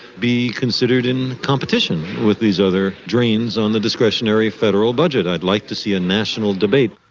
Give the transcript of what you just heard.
be considered in competition with these other drains on the discretionary federal budget. i'd like to see a national debate.